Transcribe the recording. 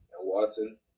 Watson